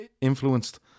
influenced